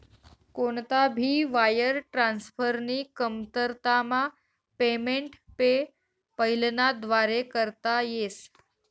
कोणता भी वायर ट्रान्सफरनी कमतरतामा पेमेंट पेपैलना व्दारे करता येस